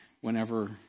whenever